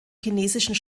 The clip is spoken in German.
chinesischen